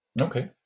Okay